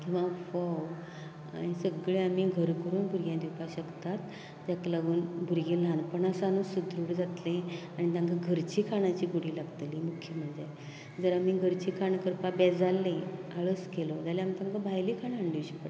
किंवां फोव सगळें आमी घरां करून आमी भुरग्यांक दिवपाक शकतात तेका लागून भुरगीं ल्हानपणासावन सुद्रुड जातली आनी तांकां घरच्या खाणांची गोडी लागतली मुख्य म्हळ्ळें जर जर खाणां करपाक बेजारली आळस केलो जाल्यार आमी तांकां भायली खाणां हाडून दिवची पडटात